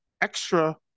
extra